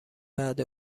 بعد